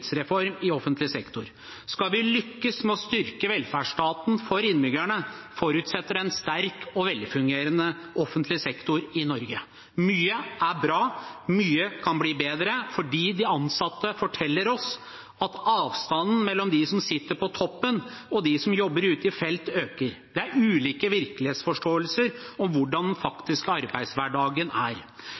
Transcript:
i offentlig sektor. Skal vi lykkes med å styrke velferdsstaten for innbyggerne, forutsetter det en sterk og velfungerende offentlig sektor i Norge. Mye er bra, mye kan bli bedre, fordi de ansatte forteller oss at avstanden mellom dem som sitter på toppen, og dem som jobber ute i felt, øker. Det er ulik virkelighetsforståelse av hvordan den faktiske arbeidshverdagen er.